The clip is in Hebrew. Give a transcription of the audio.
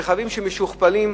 רכבים שמשוכפלים,